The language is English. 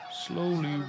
Slowly